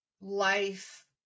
life